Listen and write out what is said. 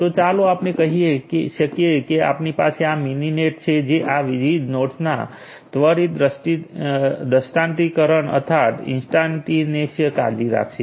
તો ચાલો આપણે કહી શકીએ કે આપણી પાસે આ મિનિનેટ છે જે આ વિવિધ નોડ્સના ત્વરિત દ્ગષ્ટાંતીકરણ અર્થાત ઇન્સ્ટાન્ટિએશન કાળજી રાખશે